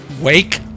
Wake